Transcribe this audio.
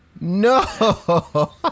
No